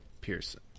Pearson